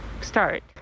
start